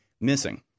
missing